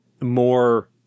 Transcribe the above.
more